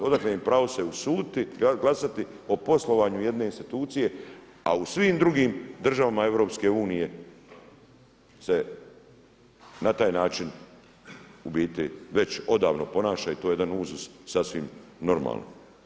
Odakle im pravo se usuditi glasati o poslovanju jedne institucije, a u svim drugim državama EU se na taj način u biti već odavno ponaša i to je jedan uzus sasvim normalan.